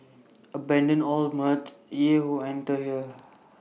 abandon all mirth ye who enter here